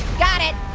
got it.